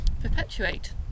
perpetuate